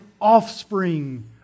offspring